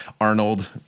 Arnold